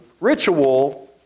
ritual